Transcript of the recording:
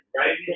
right